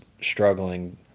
struggling